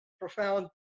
profound